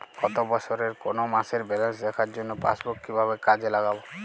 গত বছরের কোনো মাসের ব্যালেন্স দেখার জন্য পাসবুক কীভাবে কাজে লাগাব?